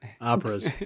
operas